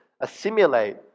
assimilate